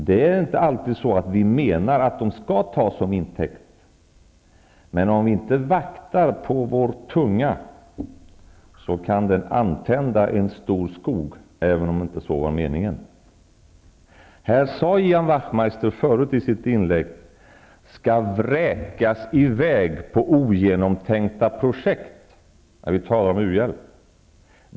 Vi menar inte alltid att de skall göra det. Men om vi inte vaktar på vår tunga, kan den antända en stor skog, även om så inte var meningen. Ian Wachtmeister sade förut i sitt inlägg, när vi talade om u-hjälp, att pengar ''vräks i väg på ogenomtänkta projekt''.